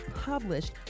published